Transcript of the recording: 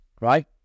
right